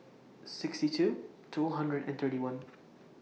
sixty two two hundred and thirty one